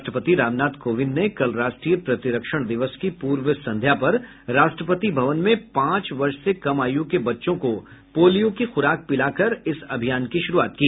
राष्ट्रपति रामनाथ कोविंद ने कल राष्ट्रीय प्रतिरक्षण दिवस की पूर्व संध्या पर राष्ट्रपति भवन में पांच वर्ष से कम आयु के बच्चों को पोलियो की खुराक पिलाकर इस अभियान की शुरूआत की